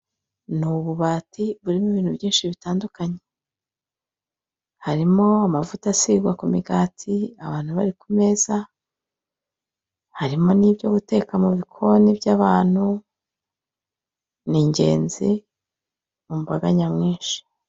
Ni ububati burimo ibintu byinshi bitandukanye, harimo amavuta asigwa ku migati, abantu bari ku meza, harimo n'ibyo guteka mu bikoni by'abantu ni ingenzi mu mbaga nyamwinshi.